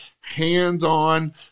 hands-on